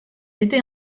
été